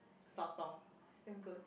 sotong is damn good